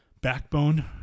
backbone